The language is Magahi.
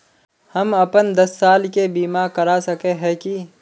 हम अपन दस साल के बीमा करा सके है की?